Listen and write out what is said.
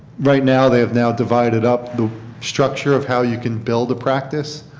right now, they have now divided up the structure of how you can build the practice.